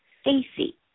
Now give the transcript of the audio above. Stacy